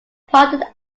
pardoned